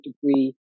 degree